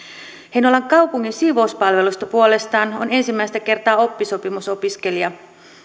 heinolan kaupungin siivouspalvelusta puolestaan on ensimmäistä kertaa oppisopimusopiskelija